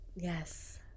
Yes